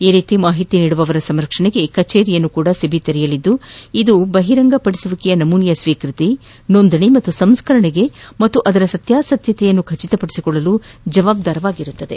ಈ ರೀತಿ ಮಾಹಿತಿ ನೀಡುವವರ ಸಂರಕ್ಷಣೆಗೆ ಕಚೇರಿಯನ್ನೂ ಸೆಬಿ ತೆರೆಯಲಿದ್ದು ಇದು ಬಹಿರಂಗಪಡಿಸುವಿಕೆಯ ನಮೂನೆಯ ಸ್ಲೀಕ್ಪತಿ ನೋಂದಣಿ ಮತ್ತು ಸಂಸ್ನ ರಣೆಗೆ ಮತ್ತು ಅದರ ಸತ್ಯಾಸತ್ಯತೆಯನ್ನು ಖಚಿತಪದಿಸಿಕೊಳ್ಳಲು ಜವಾಬ್ದಾರವಾಗಿರುತ್ತದೆ